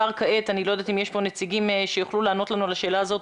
אני לא יודעת אם יש כאן נציגים שלו שיוכלו לענות לנו על השאלה הזאת.